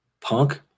punk